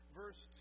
verse